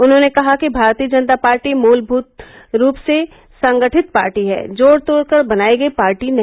उन्होंने कहा कि भारतीय जनता पार्टी मूलभूत रूप से संगठित पार्टी है जोड़ तोड़ कर बनाई गई पार्टी नहीं